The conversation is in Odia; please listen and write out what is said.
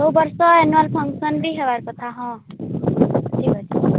ସବୁ ବର୍ଷ ଆନୁଆଲ୍ ଫଙ୍କସନ୍ ବି ହେବାର କଥା ହଁ ଠିକ୍ ଅଛି